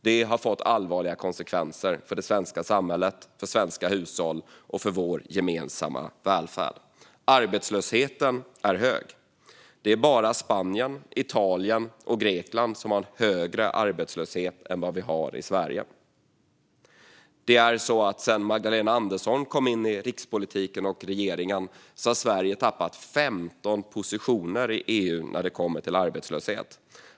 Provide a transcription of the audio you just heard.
Det har fått allvarliga konsekvenser för det svenska samhället, för svenska hushåll och för vår gemensamma välfärd. Arbetslösheten är hög. Det är bara Spanien, Italien och Grekland som har en högre arbetslöshet än Sverige har. Sedan Magdalena Andersson kom in i rikspolitiken och regeringen har Sverige tappat 15 positioner i EU när det kommer till arbetslöshet.